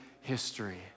history